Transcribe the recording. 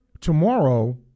Tomorrow